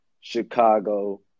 Chicago